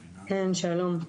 כן, שלום.